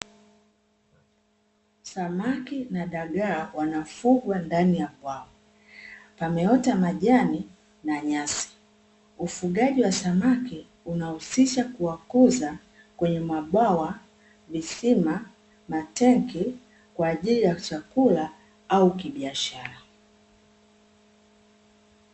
Samaki na dagaa wanafugwa ndani ya bwawa, pameota majani na nyasi. Ufugaji wa samaki unahusisha kuwakuza, kwenye mabwawa, visima, matenki kwa ajili ya chakula au kibiashara.